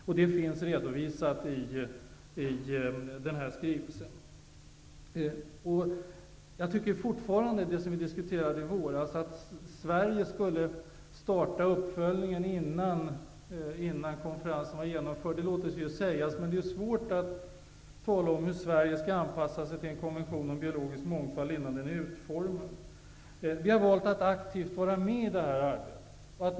Detta finns redovisat i skrivelsen. Vi diskuterade i våras att Sverige skulle starta uppföljningen innan konferensen var genomförd. Det låter sig ju sägas, men det är svårt att se hur Sverige skall anpassa sig till en konvention om biologisk mångfald innan den är utformad. Vi har valt att aktivt vara med i arbetet.